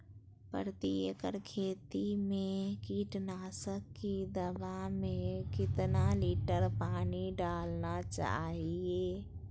प्रति एकड़ खेती में कीटनाशक की दवा में कितना लीटर पानी डालना चाइए?